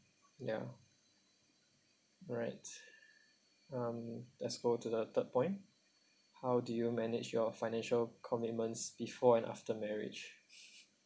ya right um just go to the third point how do you manage your financial commitments before and after marriage